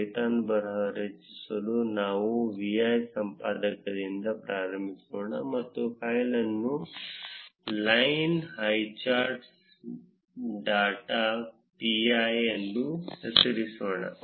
Python ಬರಹ ರಚಿಸಲು ನಾವು vi ಸಂಪಾದಕದಿಂದ ಪ್ರಾರಂಭಿಸೋಣ ಮತ್ತು ಫೈಲ್ ಅನ್ನು ಲೈನ್ ಹೈಚಾರ್ಟ್ಸ್ ಡಾಟ್ pi ಎಂದು ಹೆಸರಿಸೋಣ